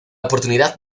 oportunidad